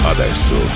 Adesso